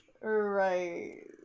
Right